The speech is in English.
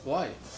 why